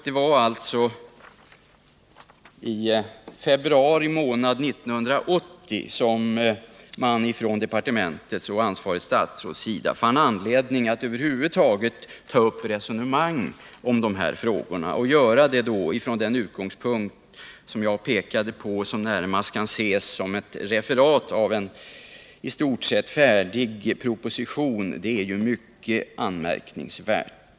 Det var alltså i februari månad 1980 som departementet och det ansvariga statsrådet fann anledning att över huvud taget ta upp resonemang om dessa frågor och göra det från den utgångspunkt som jag pekade på och i en redogörelse som närmast kan ses som ett referat av en i stort sett färdig proposition. Det är mycket anmärkningsvärt.